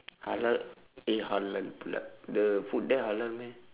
halal eh halal pula the food there halal meh